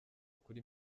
kuri